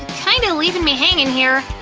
kinda leaving me hanging here,